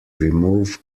remove